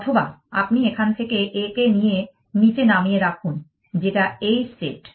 অথবা আপনি এখান থেকে a কে নিয়ে নীচে নামিয়ে রাখুন যেটা এই স্টেট